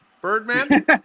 Birdman